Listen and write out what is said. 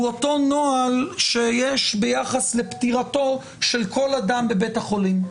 אותו נוהל שיש ביחס לפטירתו של כל אדם בבית החולים.